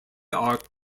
are